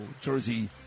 Jersey